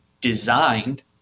designed